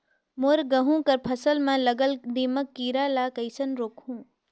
मोर गहूं कर फसल म लगल दीमक कीरा ला कइसन रोकहू?